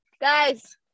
guys